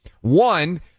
One